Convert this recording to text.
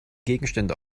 gegenstände